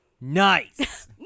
Nice